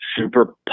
super